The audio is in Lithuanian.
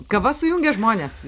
kava sujungia žmones